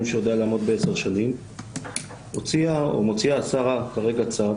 שיודע לעמוד בעשר שנים מוציאה השרה כרגע צו